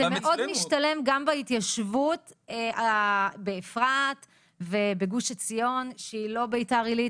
זה מאוד משתלם גם בהתיישבות באפרת ובגוש עציון שהיא לא ביתר עילית,